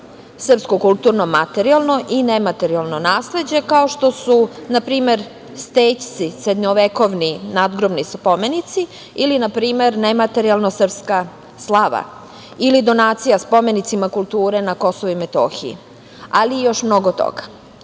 srpsko kulturno materijalno i nematerijalno nasleđe, kao što su, na primer, stećci – srednjovekovni nadgrobni spomenici, nematerijalni – srpska slava, donacija spomenicima kulture na Kosovu i Metohiji, ali i još mnogo